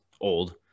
old